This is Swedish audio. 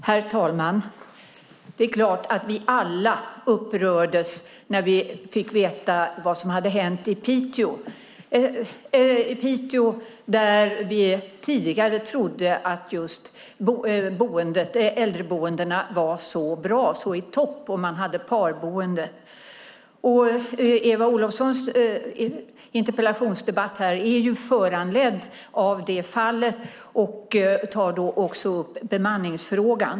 Herr talman! Det är klart att vi alla upprördes när vi fick veta vad som hade hänt i Piteå, där vi tidigare trodde att äldreboendena var så bra, i topp, och där man hade parboende. Eva Olofssons interpellation här är ju föranledd av det fallet och tar också upp bemanningsfrågan.